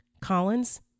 Collins